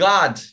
God